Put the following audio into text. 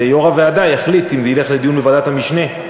ויו"ר הוועדה יחליט אם זה ילך לדיון בוועדת המשנה,